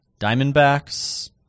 Diamondbacks